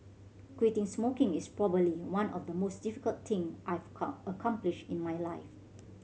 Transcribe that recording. quitting smoking is probably one of the most difficult thing I've accomplished in my life